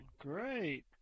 great